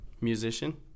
musician